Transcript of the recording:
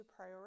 prioritize